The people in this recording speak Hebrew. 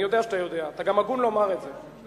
אני יודע שאתה יודע, אתה גם הגון לומר את זה.